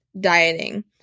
dieting